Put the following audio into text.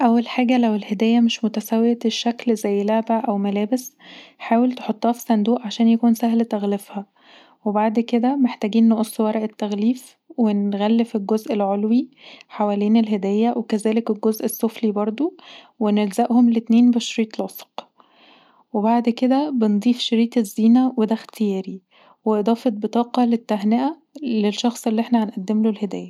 أول حاجه لو الهدية مش متساوية الشكل زي لعبة او ملابس حاول تحطها في صندوق عشان يبقي سهل تغليفها وبعد كده محتاجين نقص ورق التغليف ونغلف الجزء العلوي حوالين الهديه وكذلك الجزء السفلي برضو ونلزقهم الاتنين بشريط لاصق، وبعد كده بنضيف شريط الزينة وده اختياري واضافة بطاقه للتهنئه للشخص اللي احنا هنقدمله الهدية